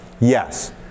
Yes